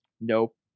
Nope